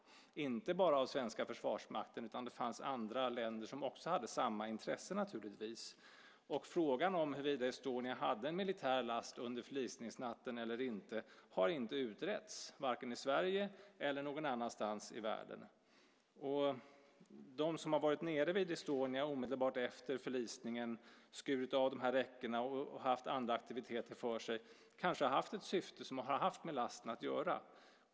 Detta gjordes inte bara av den svenska försvarsmakten, utan det fanns naturligtvis andra länder som också hade samma intresse. Frågan om huruvida Estonia hade militär last under förlisningsnatten eller inte har inte utretts, vare sig i Sverige eller någon annanstans i världen. De som har varit nere vid Estonia omedelbart efter förlisningen, skurit av räcken och haft andra aktiviteter för sig kanske har haft ett syfte som har haft med lasten att göra.